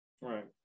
Right